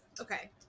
Okay